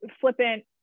flippant